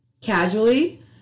casually